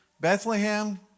Bethlehem